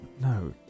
No